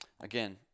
Again